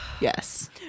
Yes